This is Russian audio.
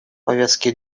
повестке